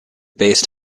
based